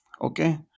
okay